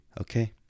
okay